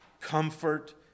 comfort